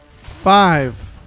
Five